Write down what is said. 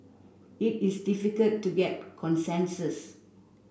it is difficult to get consensus